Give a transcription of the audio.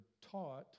taught